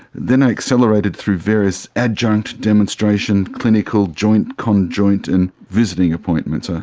then i accelerated through various adjunct demonstration, clinical, joint, conjoint and visiting appointments. ah